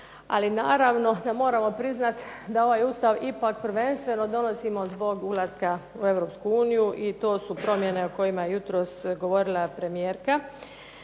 Ali naravno moramo priznati da ovaj Ustav ipak prvenstveno donosimo zbog ulaska u Europsku uniju i to su promjene o kojima je jutros govorila premijerka,